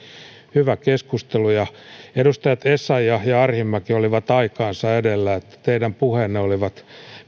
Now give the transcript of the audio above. hyvä keskustelu edustajat essayah ja arhinmäki olivat aikaansa edellä teidän puheenne olivat